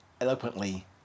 eloquently